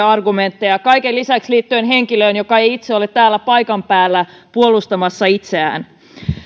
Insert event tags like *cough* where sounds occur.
*unintelligible* argumentteja kaiken lisäksi liittyen henkilöön joka ei itse ole täällä paikan päällä puolustamassa itseään